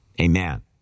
Amen